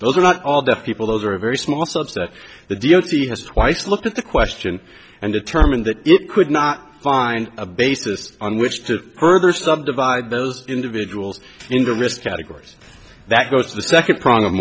those are not all deaf people those are a very small subset of the d o t has twice looked at the question and determined that it could not find a basis on which to further subdivide those individuals into risk categories that go to the second prong of